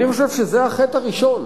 אני חושב שזה החטא הראשון,